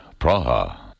Praha